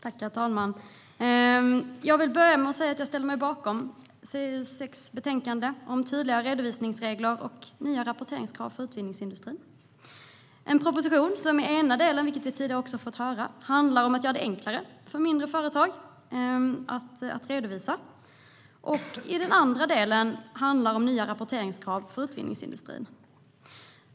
Herr talman! Jag vill börja med att säga att jag ställer mig bakom civilutskottets betänkande CU6 om tydligare redovisningsregler och nya rapporteringskrav för utvinningsindustrin. Propositionen handlar i den ena delen om att göra det enklare för mindre företag att redovisa och i den andra delen om nya rapporteringskrav för utvinningsindustrin.